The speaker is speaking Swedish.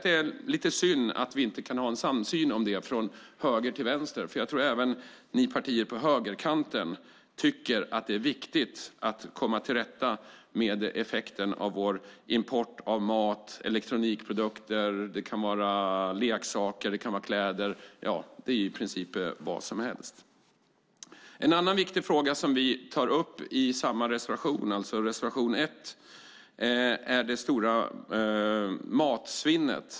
Det är lite synd att vi inte kan ha en samsyn om det från höger till vänster. Jag tror att även ni partier på högerkanten tycker att det är viktigt att komma till rätta med effekten av vår import av mat, elektronikprodukter, leksaker, kläder och i princip vad som helst. En annan viktig fråga som vi tar upp i reservation 1 är det stora matsvinnet.